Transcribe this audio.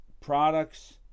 products